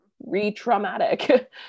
re-traumatic